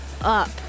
up